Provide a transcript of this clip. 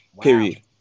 Period